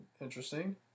Interesting